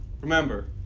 remember